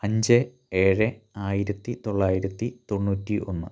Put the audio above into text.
അഞ്ച് ഏഴ് ആയിരത്തി തൊള്ളായിരത്തി തൊണ്ണൂറ്റി ഒന്ന്